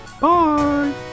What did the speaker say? Bye